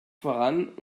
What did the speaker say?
voran